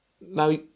Now